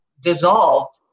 dissolved